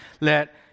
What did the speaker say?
let